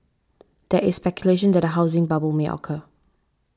there is speculation that a housing bubble may occur